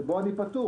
שבו אני פטור.